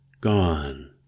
gone